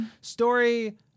story